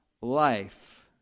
life